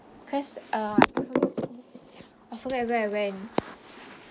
cause uh I told I forgot where I went